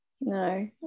No